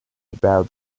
about